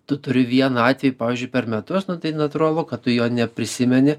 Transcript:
tu turi vieną atvejį pavyzdžiui per metus nu tai natūralu kad tu jo neprisimeni